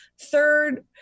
Third